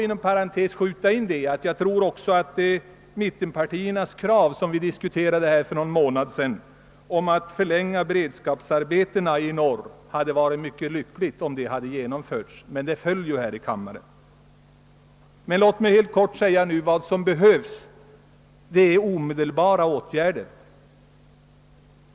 Inom parentes vill jag inskjuta att jag tror att det hade varit mycket lyckligt med ett genomförande av mittenpartiernas för någon månad sedan diskuterade krav att förlänga beredskapsarbetena i Norrland, men förslaget föll ju här i kammaren. Vad som behövs är omedelbara åtgärder.